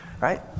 Right